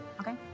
okay